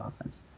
offense